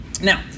Now